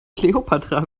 kleopatra